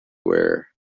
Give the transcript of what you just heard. were